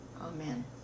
Amen